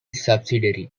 subsidiary